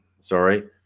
sorry